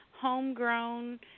homegrown